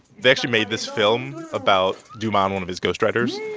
they actually made this film about dumas and one of his ghostwriters